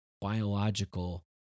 biological